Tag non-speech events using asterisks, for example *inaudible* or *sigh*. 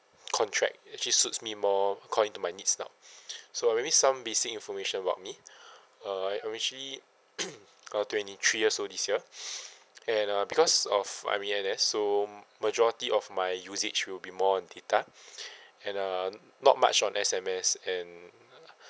contract actually suits me more according to my needs lah so like maybe some basic information about me *breath* uh I'm I'm actually uh twenty three year old this year *breath* and uh because of I'm in N_S so majority of my usage will be more on data *breath* and uh not much on S_M_S and